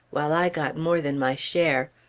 while i got more than my share.